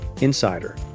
insider